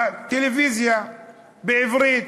בטלוויזיה בעברית.